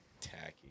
tacky